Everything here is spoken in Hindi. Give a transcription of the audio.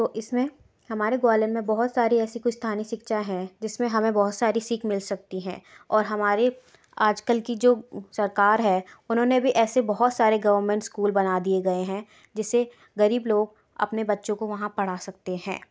तो इसमें हमारे ग्वालियर में बहुत सारी ऐसी कुछ स्थानीय शिक्षा है जिसमें हमें बहुत सारी सीख मिल सकती हैं और हमारे आजकल की जो सरकार है उन्होंने भी ऐसे बहुत सारे गवर्मेंट स्कूल बना दिए गएँ हैं जिससे गरीब लोग अपने बच्चों को वहाँ पढ़ा सकते हैं